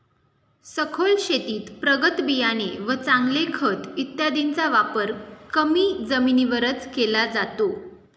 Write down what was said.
सखोल शेतीत प्रगत बियाणे व चांगले खत इत्यादींचा वापर कमी जमिनीवरच केला जातो